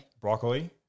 Broccoli